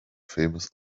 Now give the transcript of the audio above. famous